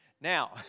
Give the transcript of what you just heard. Now